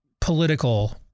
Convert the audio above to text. political